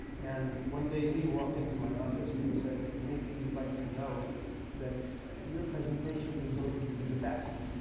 and one day, lee walked into my office and he said, maybe you'd like to know that your presentation was voted to be the best.